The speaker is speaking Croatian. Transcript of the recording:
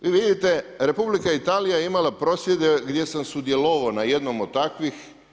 Vidite, Republika Italija je imala prosvjede gdje sam sudjelovao na jednom od takvih.